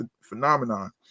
phenomenon